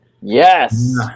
Yes